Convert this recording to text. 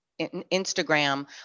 Instagram